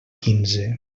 quinze